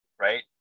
right